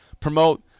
promote